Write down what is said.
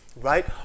right